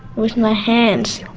with my hands.